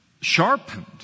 sharpened